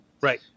Right